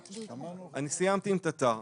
אני סיימתי עם תט"ר.